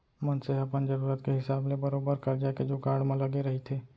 मनसे ह अपन जरुरत के हिसाब ले बरोबर करजा के जुगाड़ म लगे रहिथे